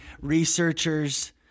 researchers